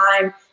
time